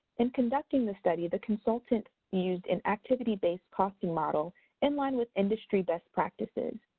in conducting the study, the consultant used an activity-based costing model in line with industry based practices.